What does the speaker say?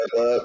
up